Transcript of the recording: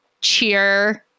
cheer